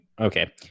Okay